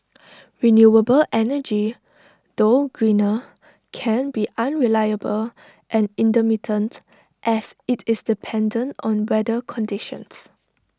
renewable energy though greener can be unreliable and intermittent as IT is dependent on weather conditions